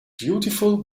beautiful